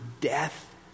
death